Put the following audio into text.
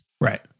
Right